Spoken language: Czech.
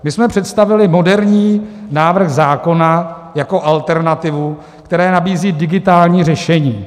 My jsme představili moderní návrh zákona jako alternativu, která nabízí digitální řešení.